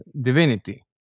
divinity